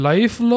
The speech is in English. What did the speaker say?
Life